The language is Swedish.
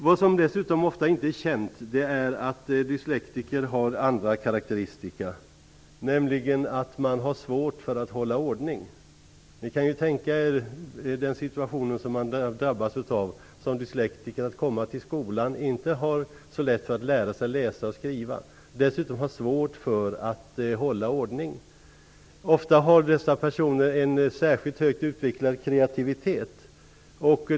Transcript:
Vad som dessutom ofta inte är känt är att dyslektiker har andra karaktäristika, nämligen att de har svårt för att hålla ordning. Ni kan ju tänka er den situation som man som dyslektiker drabbas av när man kommer till skolan och inte har så lätt för att lära sig läsa och skriva och dessutom har svårt för att hålla ordning. Ofta har dessa personer en särskilt högt utvecklad kreativitet.